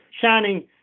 shining